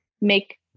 make